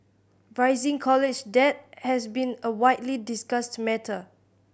rising college debt has been a widely discussed matter